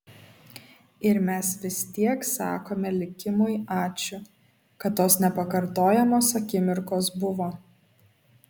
ir mes vis tiek sakome likimui ačiū kad tos nepakartojamos akimirkos buvo